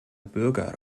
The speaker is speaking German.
bürger